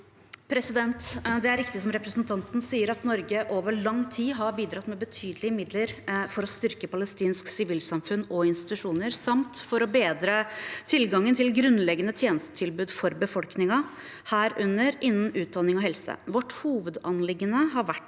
Det er riktig som representanten sier, at Norge over lang tid har bidratt med betydelige midler for å styrke palestinsk sivilsamfunn og institusjoner samt for å bedre tilgangen til grunnleggende tjenestetilbud for befolkningen, herunder innen utdanning og helse. Vårt hovedanliggende har vært